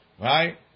right